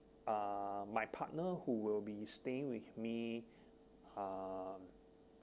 uh my partner who will be stay with me uh